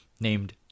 named